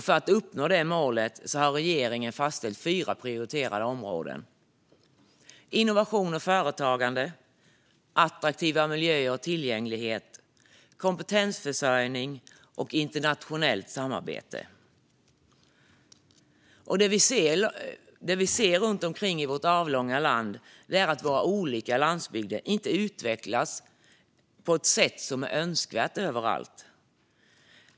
För att uppnå det målet har regeringen fastställt fyra prioriterade områden: Innovation och företagande Attraktiva miljöer och tillgänglighet Kompetensförsörjning Internationellt samarbete Det vi ser runt omkring i vårt avlånga land är att våra olika landsbygder inte utvecklas på ett sätt som är önskvärt överallt.